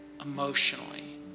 emotionally